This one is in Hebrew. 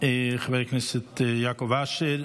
חבר הכנסת יעקב אשר.